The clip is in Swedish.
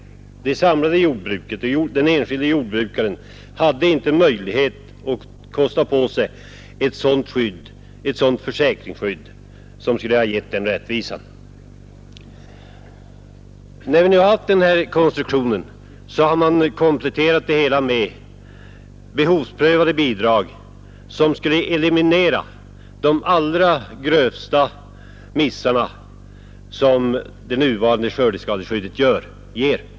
Det samlade jordbruket, den enskilde jordbrukaren, hade inte möjlighet att kosta på sig ett försäkringsskydd som skulle ha gett full rättvisa. När vi nu haft denna konstruktion, så har man kompletterat det hela med behovsprövade bidrag som skulle eliminera de grövsta av de missar som inträffar genom det nuvarande skördeskadeskyddet.